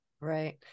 right